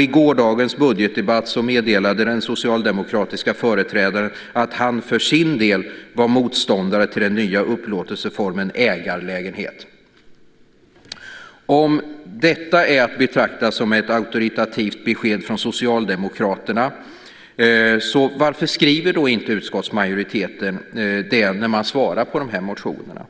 I gårdagens budgetdebatt meddelade den socialdemokratiske företrädaren att han för sin del var motståndare till den nya upplåtelseformen ägarlägenhet. Om detta är att betrakta som ett auktoritativt besked från Socialdemokraterna, varför skriver då inte utskottsmajoriteten det när man svarar på motionerna?